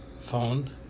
phone